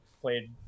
played